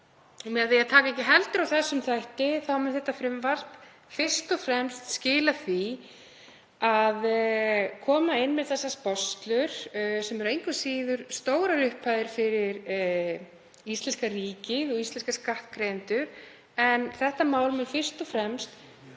Með því að taka ekki heldur á þeim þætti mun þetta frumvarp fyrst og fremst skila því að koma inn með þessar sporslur sem eru engu að síður háar upphæðir fyrir íslenska ríkið og íslenska skattgreiðendur, en þetta mál mun fyrst og fremst